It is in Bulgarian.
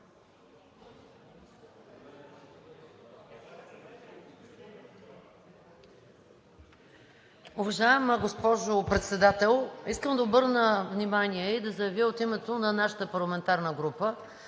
Уважаема госпожо Председател, искам да обърна внимание и да заявя от името на нашата парламентарна група,